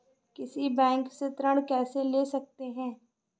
किसी बैंक से ऋण कैसे ले सकते हैं?